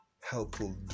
helpful